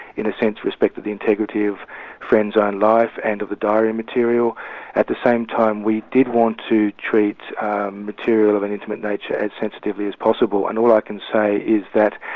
in a sense, respected the integrity of friend's own life and of the diary material at the same time we did want to treat material of an intimate nature as sensitively as possible and all i can say is that